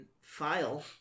file